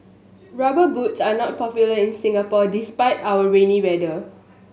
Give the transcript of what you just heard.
Rubber Boots are not popular in Singapore despite our rainy weather